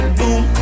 boom